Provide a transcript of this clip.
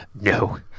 No